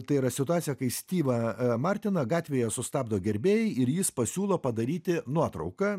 tai yra situacija kai styvą martiną gatvėje sustabdo gerbėjai ir jis pasiūlo padaryti nuotrauką